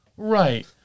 Right